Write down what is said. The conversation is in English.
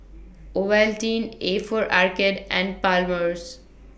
Ovaltine A For Arcade and Palmer's